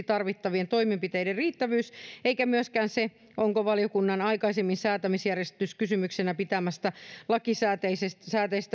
tarvittavien toimenpiteiden riittävyys eikä myöskään se onko valiokunnan aikaisemmin säätämisjärjestyskysymyksenä pitämästä lakisääteisestä